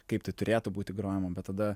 kaip tai turėtų būti grojama bet tada